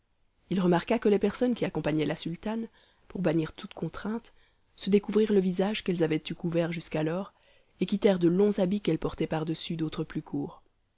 il remarqua que les personnes qui accompagnaient la sultane pour bannir toute contrainte se découvrirent le visage qu'elles avaient eu couvert jusqu'alors et quittèrent de longs habits qu'elles portaient pardessus d'autres plus courts